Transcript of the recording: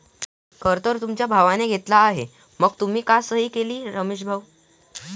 कर तर तुमच्या भावाने घेतला आहे मग तुम्ही का सही केली रमेश भाऊ?